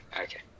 Okay